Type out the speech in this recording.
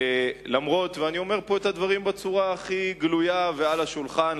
ואני אומר פה את הדברים בצורה הכי גלויה ועל השולחן,